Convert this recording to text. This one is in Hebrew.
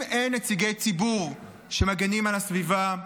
אם אין נציגי ציבור שמגינים על הסביבה,